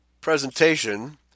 presentation